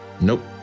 Nope